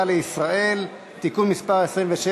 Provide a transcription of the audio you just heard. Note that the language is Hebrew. בעד, 36,